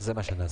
זה מה שנעשה.